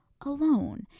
alone